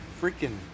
freaking